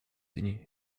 dni